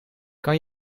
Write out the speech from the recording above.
kan